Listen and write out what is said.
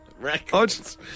Records